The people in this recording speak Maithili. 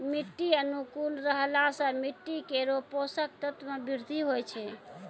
मिट्टी अनुकूल रहला सँ मिट्टी केरो पोसक तत्व म वृद्धि होय छै